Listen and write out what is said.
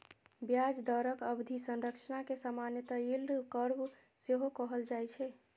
ब्याज दरक अवधि संरचना कें सामान्यतः यील्ड कर्व सेहो कहल जाए छै